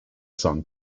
song